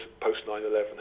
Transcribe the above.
post-9-11